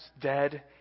dead